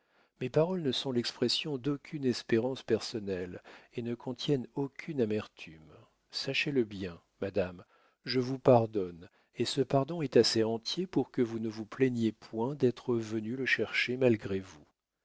mes paroles ne sont l'expression d'aucune espérance personnelle et ne contiennent aucune amertume sachez-le bien madame je vous pardonne et ce pardon est assez entier pour que vous ne vous plaigniez point d'être venue le chercher malgré vous